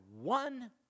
one